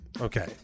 Okay